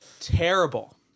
Terrible